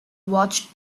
watched